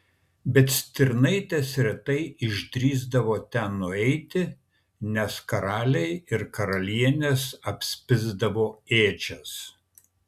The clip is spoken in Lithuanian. bet stirnaitės retai išdrįsdavo ten nueiti nes karaliai ir karalienės apspisdavo ėdžias